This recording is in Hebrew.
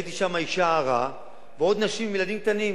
ראיתי שם אשה הרה ועוד נשים עם ילדים קטנים.